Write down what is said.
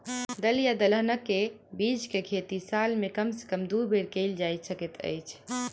दल या दलहन केँ के बीज केँ खेती साल मे कम सँ कम दु बेर कैल जाय सकैत अछि?